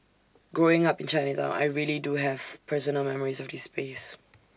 growing up in Chinatown I really do have personal memories of this space